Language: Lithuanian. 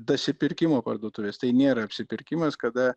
dasipirkimo parduotuvės tai nėra apsipirkimas kada